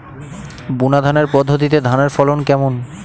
বুনাধানের পদ্ধতিতে ধানের ফলন কেমন?